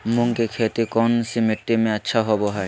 मूंग की खेती कौन सी मिट्टी अच्छा होबो हाय?